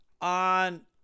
On